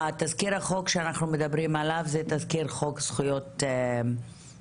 תסקיר החוק שאנחנו מדברים עליו זה תסקיר חוק זכויות החולה.